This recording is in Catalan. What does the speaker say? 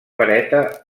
pereta